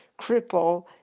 cripple